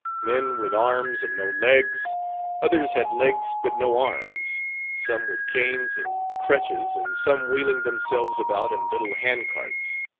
men with arms and no legs others had legs but no arms some with canes and crutches, and some wheeling themselves about in little hand carts.